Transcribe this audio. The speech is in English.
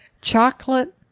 Chocolate